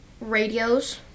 radios